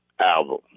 album